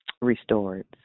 restored